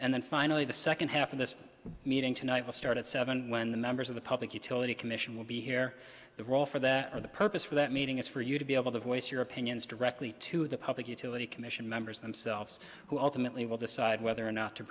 and then finally the second half of this meeting tonight will start at seven when the members of the public utility commission will be here the role for that or the purpose that meeting is for you to be able to voice your opinions directly to the public utility commission members themselves who ultimately will decide whether or not to